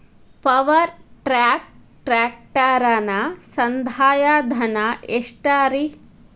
Power track ಟ್ರ್ಯಾಕ್ಟರನ ಸಂದಾಯ ಧನ ಎಷ್ಟ್ ರಿ?